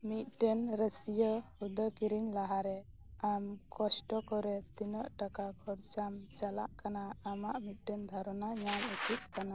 ᱢᱤᱫᱴᱮᱱ ᱨᱟ ᱥᱤᱭᱟ ᱦᱩᱫᱟ ᱠᱤᱨᱤᱧ ᱞᱟᱦᱟᱨᱮ ᱟᱢ ᱠᱚᱥᱴᱚ ᱠᱚᱨᱮ ᱛᱤᱱᱟᱹᱜ ᱴᱟᱠᱟ ᱠᱷᱚᱨᱪᱟᱢ ᱪᱟᱞᱟᱜ ᱠᱟᱱᱟ ᱟᱢᱟᱜ ᱢᱤᱫᱴᱮᱱ ᱫᱷᱟᱨᱚᱱᱟ ᱧᱟᱢ ᱩᱪᱤᱛ ᱠᱟᱱᱟ